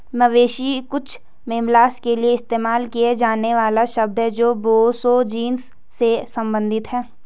मवेशी कुछ मैमल्स के लिए इस्तेमाल किया जाने वाला शब्द है जो बोसो जीनस से संबंधित हैं